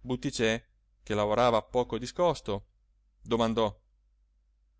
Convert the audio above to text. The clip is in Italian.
butticè che lavorava poco discosto domandò